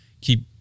keep